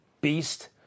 beast